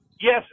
yes